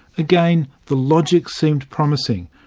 again, the logic seemed promising.